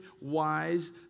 wise